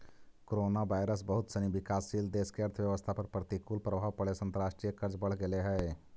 coronavirus बहुत सनी विकासशील देश के अर्थव्यवस्था पर प्रतिकूल प्रभाव पड़े से अंतर्राष्ट्रीय कर्ज बढ़ गेले हई